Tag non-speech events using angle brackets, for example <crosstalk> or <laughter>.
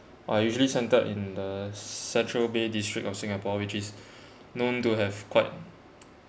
are usually centered in the central bay district of singapore which is <breath> known to have quite